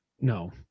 no